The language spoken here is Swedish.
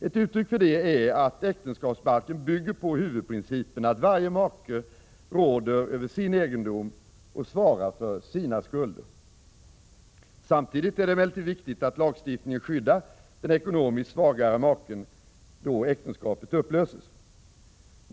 Ett uttryck för detta är att äktenskapsbalken bygger på huvudprincipen att varje make råder över sin egendom och svarar för sina skulder. Samtidigt är det emellertid viktigt att lagstiftningen skyddar den ekonomiskt svagare maken då äktenskapet upplöses.